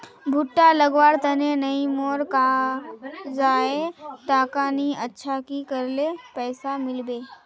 भुट्टा लगवार तने नई मोर काजाए टका नि अच्छा की करले पैसा मिलबे?